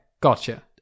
gotcha